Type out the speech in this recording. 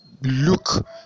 look